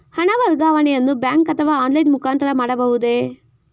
ಹಣ ವರ್ಗಾವಣೆಯನ್ನು ಬ್ಯಾಂಕ್ ಅಥವಾ ಆನ್ಲೈನ್ ಮುಖಾಂತರ ಮಾಡಬಹುದೇ?